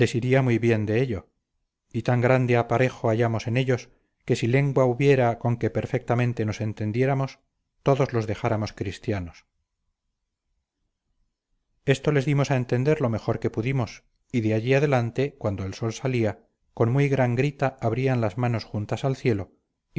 iría muy bien de ello y tan grande aparejo hallamos en ellos que si lengua hubiera con que perfectamente nos entendiéramos todos los dejáramos cristianos esto les dimos a entender lo mejor que pudimos y de ahí adelante cuando el sol salía con muy gran grita abrían las manos juntas al cielo y